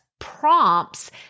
prompts